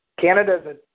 Canada